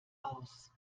aus